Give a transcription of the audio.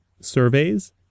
surveys